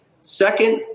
Second